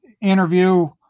interview